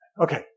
Okay